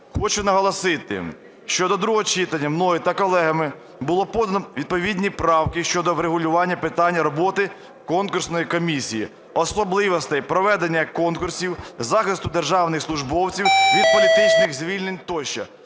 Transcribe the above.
Хочу наголосити, що до другого читання мною та колегами було подано відповідні правки щодо врегулювання питань роботи конкурсної комісії, особливостей проведення конкурсів, захисту державних службовців від політичних звільнень тощо.